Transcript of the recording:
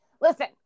Listen